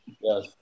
Yes